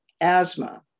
asthma